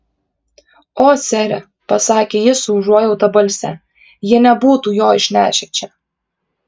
o sere pasakė ji su užuojauta balse jie nebūtų jo išnešę čia